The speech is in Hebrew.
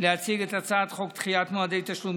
להציג את הצעת חוק דחיית מועדי תשלום